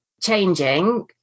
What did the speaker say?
changing